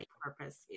purpose